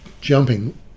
jumping